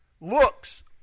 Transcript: looks